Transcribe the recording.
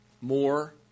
more